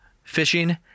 fishing